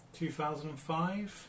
2005